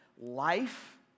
life